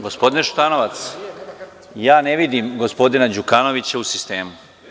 Gospodine Šutanovac, ja ne vidim gospodina Đukanovića u sistemu.